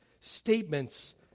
statements